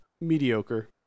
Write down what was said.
Mediocre